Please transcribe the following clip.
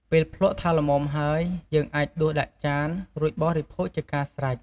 ពេលភ្លក្សថាល្មមហើយ យើងអាចដួសដាក់ចាន រួចបរិភោគជាការស្រេច។